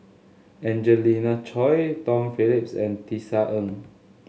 Angelina Choy Tom Phillips and Tisa Ng